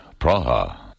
Praha